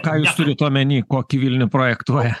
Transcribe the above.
ką jūs turit omeny kokį vilnių projektuoja